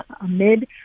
amid